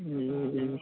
ए